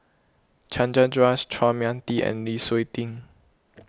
Chandra Das Chua Mia Tee and Lu Suitin